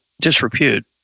disrepute